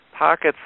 pockets